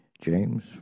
James